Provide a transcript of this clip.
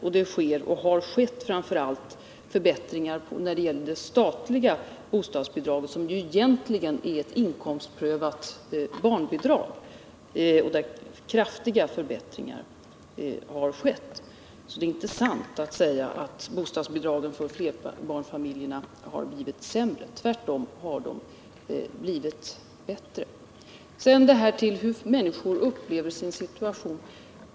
Och det sker och har skett framför allt förbättringar när det gäller det statliga bostadsbidraget, som ju egentligen är ett inkomstprövat barnbidrag och där kraftiga förbättringar har skett. Det är därför inte rätt att säga att bostadsbidragen för flerbarnsfamiljerna skulle ha blivit sämre. Tvärtom har de blivit bättre. Så några ord om detta hur människor upplever sin situation.